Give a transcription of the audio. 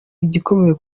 igikomeye